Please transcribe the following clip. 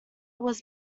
was